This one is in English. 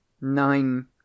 Nine